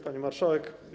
Pani Marszałek!